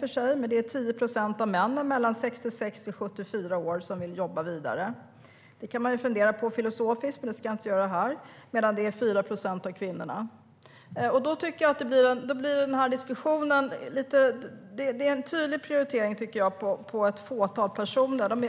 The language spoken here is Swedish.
De utgör 10 procent av männen mellan 66 och 74 år som vill jobba vidare - det kan man fundera på filosofiskt på, men det ska jag inte göra här - medan det är 4 procent av kvinnorna. Det görs en tydlig prioritering av ett fåtal personer. Det